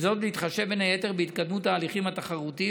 בהתחשב בין היתר בהתקדמות ההליכים התחרותיים.